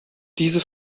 diese